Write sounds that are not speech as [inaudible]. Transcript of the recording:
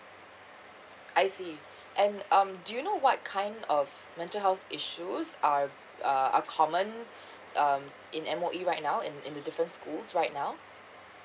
I see and um do you know what kind of mental health issues are uh are common [breath] um in M_O_E right now in in the different schools right now